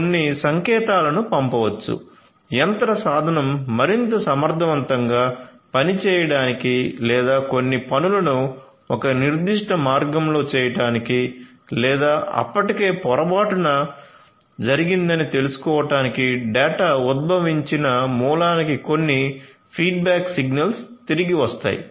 మనం కొన్ని సంకేతాలను పంపవచ్చు యంత్ర సాధనం మరింత సమర్థవంతంగా పనిచేయడానికి లేదా కొన్ని పనులను ఒక నిర్దిష్ట మార్గంలో చేయటానికి లేదా అప్పటికే పొరపాటున జరిగిందని తెలుసుకోవటానికి డేటా ఉద్భవించిన మూలానికి కొన్ని ఫీడ్బ్యాక్ సిగ్నల్స్ తిరిగి వస్తాయి